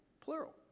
plural